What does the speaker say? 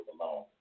alone